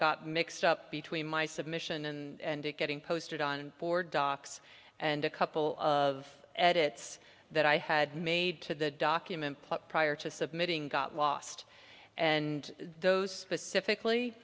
got mixed up between my submission and it getting posted on board docs and a couple of edits that i had made to the document prior to submitting got lost and those specific